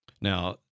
now